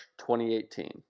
2018